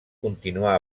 continuar